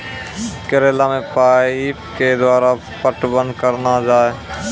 करेला मे पाइप के द्वारा पटवन करना जाए?